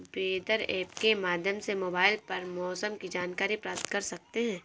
weather app के माध्यम से मोबाइल पर मौसम की जानकारी प्राप्त कर सकते हैं